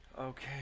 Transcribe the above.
Okay